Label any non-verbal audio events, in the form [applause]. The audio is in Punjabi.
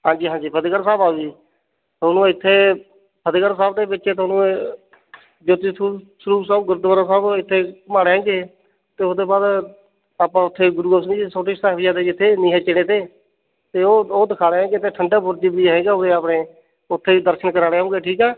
ਹਾਂਜੀ ਹਾਂਜੀ ਫਤਹਿਗੜ੍ਹ ਸਾਹਿਬ ਆਓ ਜੀ ਤੁਹਾਨੂੰ ਇੱਥੇ ਫਤਹਿਗੜ੍ਹ ਸਾਹਿਬ ਦੇ ਵਿਚ ਤੁਹਾਨੂੰ [unintelligible] ਜੋਤੀ ਸੂਪ ਸਰੂਪ ਸਾਹਿਬ ਗੁਰਦੁਆਰਾ ਸਾਹਿਬ ਇੱਥੇ ਘੁੰਮਾਉਣਾ ਹੈ ਜੇ ਅਤੇ ਉਹ ਤੋਂ ਬਾਅਦ ਆਪਾਂ ਉੱਥੇ ਗੁਰੂ ਗੋਬਿੰਦ ਸਿੰਘ ਜੀ ਦੇ ਛੋਟੇ ਸਾਹਿਬਜ਼ਾਦੇ ਜੀ ਇੱਥੇ ਨੀਹਾਂ 'ਚ ਚਿਣੇ ਤੇ ਅਤੇ ਉਹ ਉਹ ਦਿਖਾ ਦਿਆਂਗੇ ਅਤੇ ਠੰਡਾ ਬੁਰਜ ਵੀ ਹੈਗਾ ਉਰੇ ਆਪਣੇ ਉੱਥੇ ਵੀ ਦਰਸ਼ਨ ਕਰਾ ਲਿਆਉਂਗੇ ਠੀਕ ਹੈ